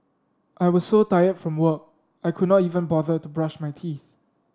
I was so tired from work I could not even bother to brush my teeth